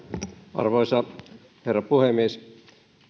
arvoisa herra puhemies